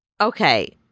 Okay